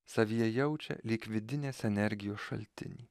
savyje jaučia lyg vidinės energijos šaltinį